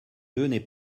n’est